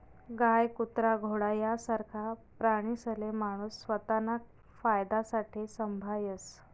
गाय, कुत्रा, घोडा यासारखा प्राणीसले माणूस स्वताना फायदासाठे संभायस